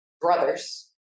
brothers